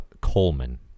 Coleman